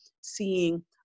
seeing